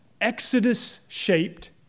exodus-shaped